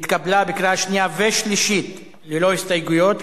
110) התקבלה בקריאה שנייה ושלישית ללא הסתייגויות,